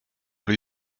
lue